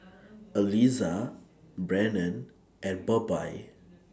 Aliza Brannon and Bobbye